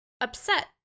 upset